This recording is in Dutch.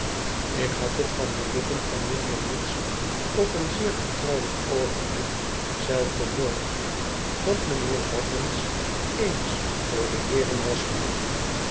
ik had het van de lippen van juffrouw mitts op een zeer vertrouwelijk oogenblik zelf gehoord dat m'nheer battens eens voor de heeren was geroepen